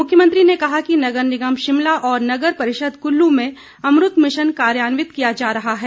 मुख्यमंत्री ने कहा कि नगर निगम शिमला और नगर परिषद कुल्लू में अम्रुत मिशन कार्यन्वित किया जा रहा है